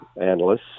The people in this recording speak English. analysts